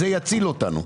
זה יציל אותנו.